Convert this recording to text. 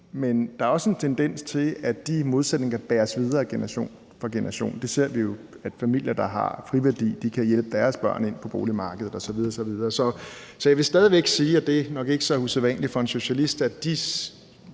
men der er også en tendens til, at de modsætninger bæres videre fra generation til generation. Det ser vi jo, i forbindelse med at familier, der har friværdi, kan hjælpe deres børn ind på boligmarkedet osv. osv. Så jeg vil stadig væk sige – og det er jo nok ikke så usædvanligt for en socialist – at det,